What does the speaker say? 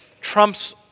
trumps